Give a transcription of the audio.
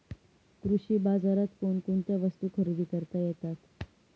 कृषी बाजारात कोणकोणत्या वस्तू खरेदी करता येतात